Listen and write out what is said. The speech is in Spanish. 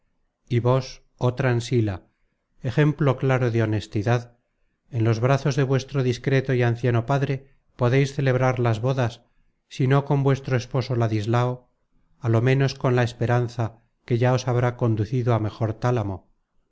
y vos joh transila ejemplo claro de honestidad en los brazos de vuestro discreto y anciano padre podeis celebrar las bodas si no con vuestro esposo ladislao á lo ménos con la esperanza que ya os habrá conducido á mejor tálamo